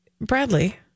Bradley